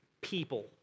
People